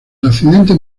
accidentes